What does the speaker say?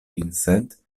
vincent